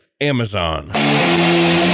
Amazon